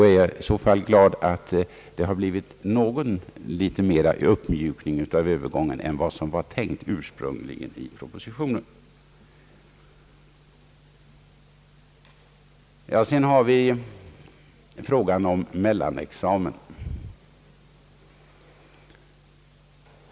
I så fall är jag glad att det har blivit något större uppmjukning av övergången än som var tänkt ursprungligen i propositionen.